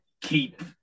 keep